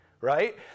right